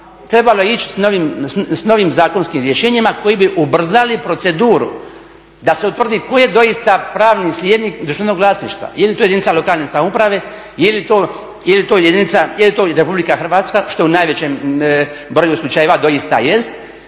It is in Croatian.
Trebalo je ići sa novim zakonskim rješenjima koji bi ubrzali proceduru da se utvrdio ko je doista pravni slijednik državnog vlasništva. Je li to jedinica lokalne samouprave, je li to RH što je u najvećem broju slučajeva doista jest,